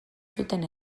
zuten